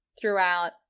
throughout